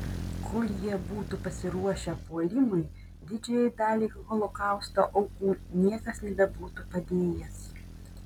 kol jie būtų pasiruošę puolimui didžiajai daliai holokausto aukų niekas nebebūtų padėjęs